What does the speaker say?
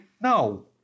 No